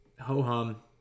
Ho-hum